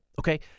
Okay